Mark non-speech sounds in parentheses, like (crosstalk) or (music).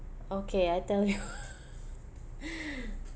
okay I tell you (laughs) (breath)